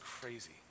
crazy